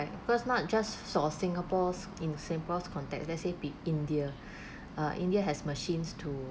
because not just for singapore's in singapore's context let's say p~ india uh india has machines to